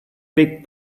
big